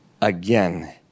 Again